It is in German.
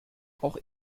auch